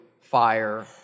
fire